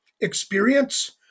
experience